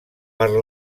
per